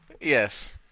Yes